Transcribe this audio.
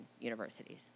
universities